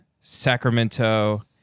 Sacramento